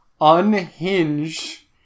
unhinged